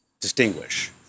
distinguish